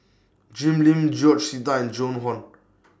Jim Lim George Sita and Joan Hon